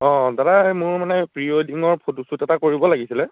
অঁ দাদা এই মোৰ মানে প্ৰি ৱেডিঙৰ ফটোশ্বুট এটা কৰিব লাগিছিলে